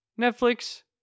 Netflix